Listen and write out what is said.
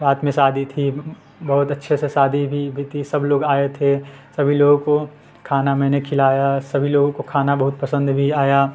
रात में शादी थी बहुत अच्छे से शादी भी भी थी सब लोग आए थे सभी लोगों को खाना मैंने खिलाया सभी लोगों को खाना बहुत पसंद भी आया